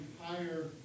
higher